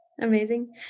Amazing